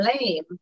blame